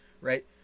right